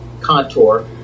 contour